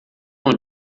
não